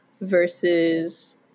versus